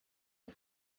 but